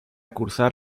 cursar